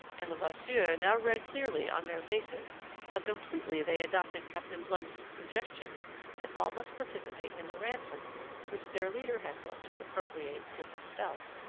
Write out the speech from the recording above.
and levasseur now read clearly on their faces how completely they adopted captain blood's suggestion that all must participate in the ransom which their leader had thought to appropriate to himself.